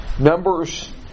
Numbers